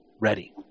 ready